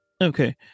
Okay